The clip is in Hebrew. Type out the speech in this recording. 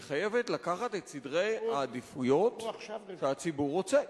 והיא חייבת להביא בחשבון את סדרי העדיפויות שהציבור רוצה.